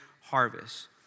harvest